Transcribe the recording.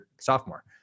sophomore